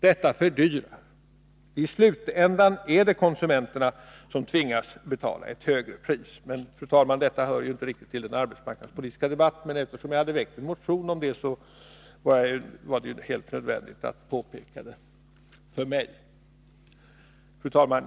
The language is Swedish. Detta fördyrar ju det hela. I slutändan är det konsumenterna som tvingas betala ett högre pris. Men, fru talman, detta hör ju inte riktigt till den arbetsmarknadspolitiska debatten, men eftersom jag har väckt en motion om detta var det helt nödvändigt för mig att påpeka detta. Fru talman!